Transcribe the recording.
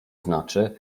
znaczy